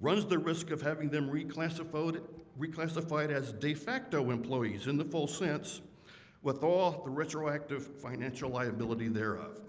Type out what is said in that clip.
runs the risk of having them reclassified reclassified as de-facto employees in the full sense with all the retroactive financial liability thereof